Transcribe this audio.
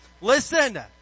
Listen